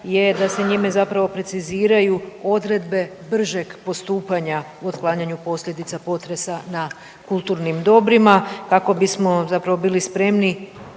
je da se njime zapravo preciziraju odredbe bržeg postupanja u otklanjanju posljedica potresa na kulturnim dobrima kako bismo zapravo bili spremni